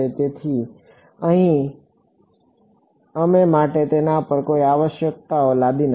તેથી અહીં અમે માટે તેના પર કોઈ આવશ્યકતાઓ લાદી નથી